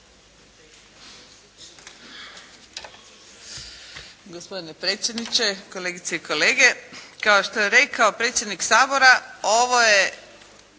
Gospodine predsjedniče, kolegice i kolege. Kao što je rekao predsjednik Sabora ovo je